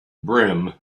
brim